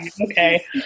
okay